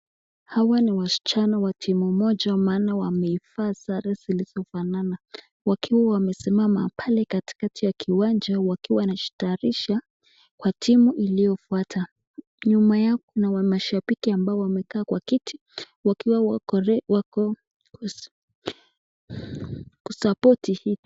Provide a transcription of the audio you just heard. Hawa ni wasichana wa timu moja maana wamevaa sare zilizofanana wakiwa wamesimama pale katikati ya kiwanja wakiwa wanajitayarisha kwa timu iliyofuata. Nyuma yao kuna mashabiki ambao wamekaa kwa kiti wakiwa wako ku support hii.